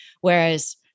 Whereas